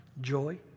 Joy